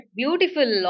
beautiful